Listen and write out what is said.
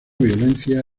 violencia